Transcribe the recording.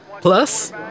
Plus